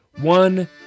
one